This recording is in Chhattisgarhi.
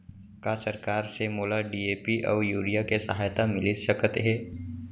का सरकार से मोला डी.ए.पी अऊ यूरिया के सहायता मिलिस सकत हे?